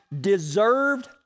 deserved